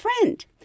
friend